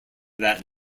that